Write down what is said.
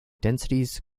densities